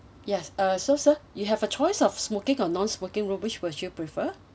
yes uh so sir you have a choice of smoking or non-smoking room which would you prefer